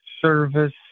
service